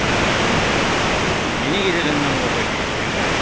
जों बेनि गेजेरजों नांगौ बायदियै जों